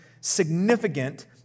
significant